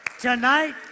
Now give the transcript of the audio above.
tonight